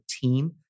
team